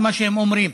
זה מה שהם אומרים.